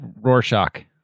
Rorschach